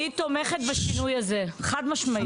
אני תומכת בשינוי הזה, חד-משמעית.